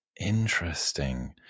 Interesting